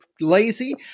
lazy